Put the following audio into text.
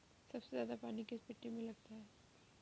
सबसे ज्यादा पानी किस मिट्टी में लगता है?